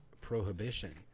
prohibition